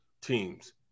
teams